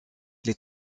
les